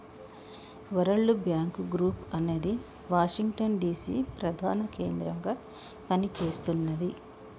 world bank group అనేది Washington DC ప్రధాన కేంద్రంగా పనిచేస్తున్నది